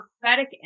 prophetic